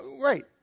Right